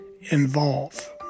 involve